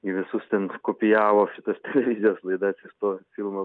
gi visus ten kopijavosi tas televizijos laidas iš to filmo